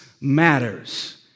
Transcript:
matters